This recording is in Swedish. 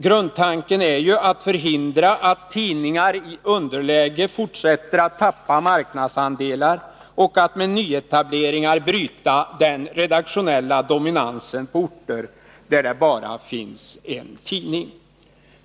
Grundtanken är ju att förhindra att tidningar i underläge fortsätter att tappa marknadsandelar och att med nyetableringar bryta den redaktionella dominansen på orter där det bara finns en tidning.